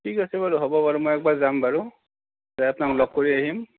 ঠিক আছে বাৰু হ'ব বাৰু মই একবাৰ যাম বাৰু আপোনাক লগ কৰি আহিম